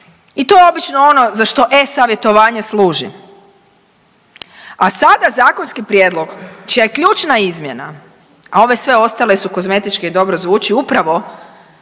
i to je obično ono za što e-savjetovanje služi. A sada zakonski prijedlog čija je ključna izmjena, a ove sve ostale su kozmetičke i dobro zvuči upravo